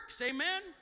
Amen